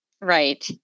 Right